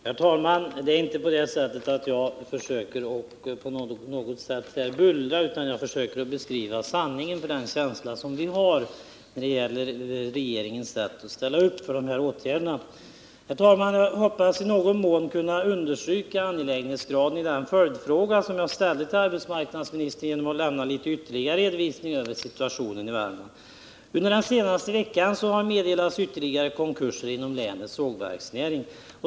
Herr talman! Det är inte så att jag på något sätt försöker bullra, utan jag beskriver sanningen om den känsla vi har när det gäller regeringens sätt att ställa upp för dessa åtgärder. Jag hoppas att i någon mån kunna understryka angelägenhetsgraden av den följdfråga jag ställde till arbetsmarknadsministern genom att lämna ytterligare redovisning av situationen i Värmland. Under den senaste veckan har det meddelats om ytterligare konkurser inom länets sågverksnäring.